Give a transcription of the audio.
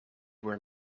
were